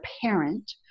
parent